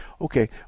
Okay